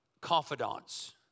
Confidants